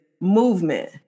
movement